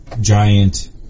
giant